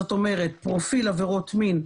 זאת אומרת פרופיל עבירות מין,